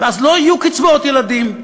ואז, לא יהיו קצבאות ילדים.